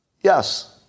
yes